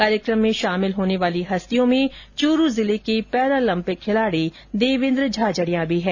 कार्यकम में शामिल होने वाली हस्तियों में चूरू जिले के पैरालपिक खिलाड़ी देवेन्द्र झाझड़िया भी हैं